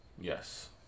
Yes